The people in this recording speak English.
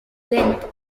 length